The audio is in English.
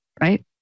Right